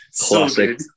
classic